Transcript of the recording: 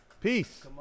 Peace